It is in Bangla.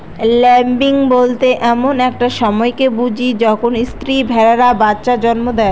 ল্যাম্বিং বলতে এমন একটা সময়কে বুঝি যখন স্ত্রী ভেড়ারা বাচ্চা জন্ম দেয়